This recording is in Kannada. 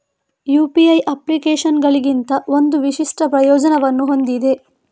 ಯು.ಪಿ.ಐ ಅಪ್ಲಿಕೇಶನುಗಳಿಗಿಂತ ಒಂದು ವಿಶಿಷ್ಟ ಪ್ರಯೋಜನವನ್ನು ಹೊಂದಿದೆ